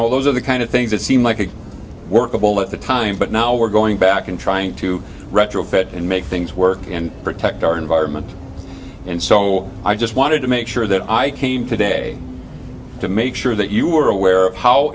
know those are the kind of things that seem like a workable at the time but now we're going back and trying to retrofit and make things work and protect our environment and so i just wanted to make sure that i came today to make sure that you were aware of how